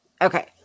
Okay